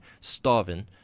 Starving